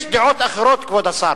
יש דעות אחרות, כבוד השר.